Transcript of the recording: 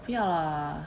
不要啦